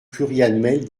pluriannuelle